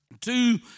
Two